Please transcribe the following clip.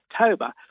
October